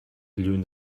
lluny